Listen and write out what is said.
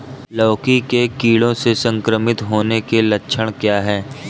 लौकी के कीड़ों से संक्रमित होने के लक्षण क्या हैं?